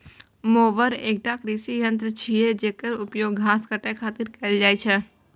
mower एकटा कृषि यंत्र छियै, जेकर उपयोग घास काटै खातिर कैल जाइ छै